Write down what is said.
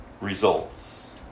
results